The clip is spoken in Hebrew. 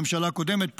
בממשלה הקודמת,